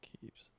keeps